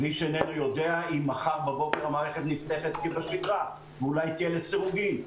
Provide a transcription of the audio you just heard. איש איננו יודע אם מחר המערכת תיפתח כבשגרה או אולי תעבוד לסירוגין.